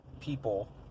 people